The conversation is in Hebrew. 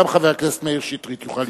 גם חבר הכנסת מאיר שטרית יוכל לשאול.